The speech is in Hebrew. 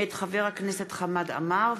מאת חברי הכנסת חמד עמאר,